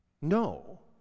no